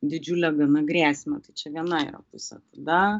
didžiulę gana grėsmę tai čia viena yra pusė tada